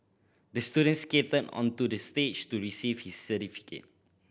the student skated onto the stage to receive his certificate